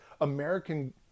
American